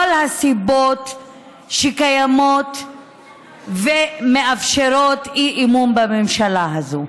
הסיבות שקיימות ומאפשרות אי-אמון בממשלה הזאת.